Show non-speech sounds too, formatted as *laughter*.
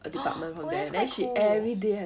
*noise* oh that's quite cool